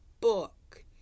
book